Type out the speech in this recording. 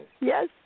Yes